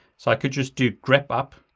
so i could just do grep up.